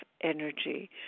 energy